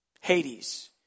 Hades